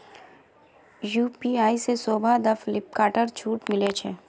UPI से शोभा दी फिलिपकार्टत छूट मिले छे